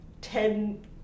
ten